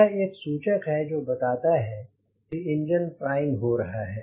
यह एक सूचक है जो यह बताता है कि इंजन प्राइम हो रहा है